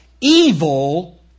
Evil